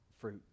fruit